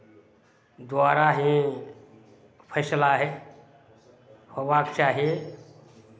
द्वारा ही फैसला होइ होयवाक चाही